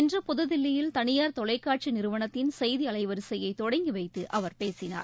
இன்று புதுதில்லியில் தனியார் தொலைக்காட்சி நிறுவனத்தின் செய்தி அலைவரிசையை தொடங்கி வைத்து அவர் பேசினார்